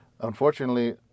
Unfortunately